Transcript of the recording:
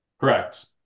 Correct